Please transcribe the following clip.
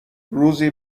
روزی